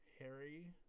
Harry